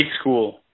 school